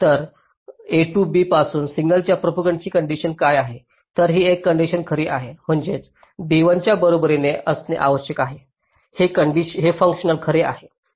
तर a to b पासून सिग्नलच्या प्रोपागंटाची कंडिशन काय आहे तर ही कंडिशन खरी आहे म्हणजेच b 1 च्या बरोबरीने असणे आवश्यक आहे हे फंक्शन खरे आहे